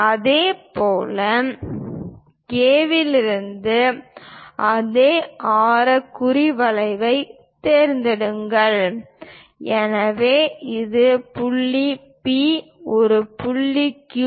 இதேபோல் K இலிருந்து அதே ஆரம் குறி வளைவைத் தேர்ந்தெடுங்கள் எனவே இது புள்ளி P இந்த புள்ளி Q